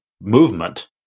movement